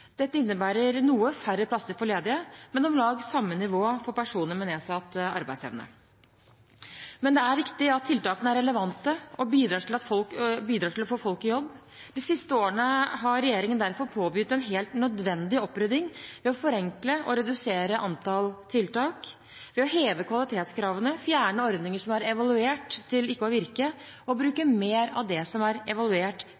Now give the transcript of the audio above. Dette innebærer noen færre plasser for ledige, men om lag samme nivå for personer med nedsatt arbeidsevne. Det er viktig at tiltakene er relevante og bidrar til å få folk i jobb. De siste årene har regjeringen derfor påbegynt en helt nødvendig opprydding, ved å forenkle og redusere antall tiltak, ved å heve kvalitetskravene, fjerne ordninger som er evaluert til ikke å virke, og